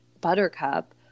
Buttercup